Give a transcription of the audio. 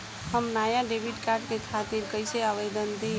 हम नया debit card के खातिर कइसे आवेदन दीं?